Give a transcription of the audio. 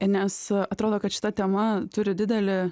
nes atrodo kad šita tema turi didelį